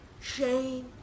Shane